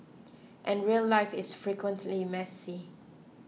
and real life is frequently messy